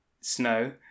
snow